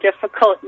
difficult